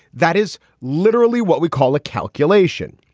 that is literally what we call a calculation.